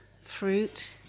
fruit